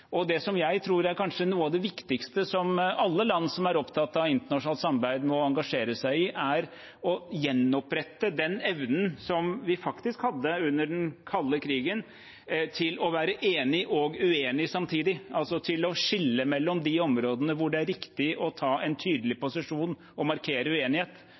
Det som jeg tror kanskje er noe av det viktigste alle land som er opptatt av internasjonalt samarbeid, må engasjere seg i, er å gjenopprette den evnen som vi faktisk hadde under den kalde krigen, til å være enig og uenig samtidig, altså til å skille mellom de områdene der det er riktig å ta en tydelig posisjon og markere uenighet,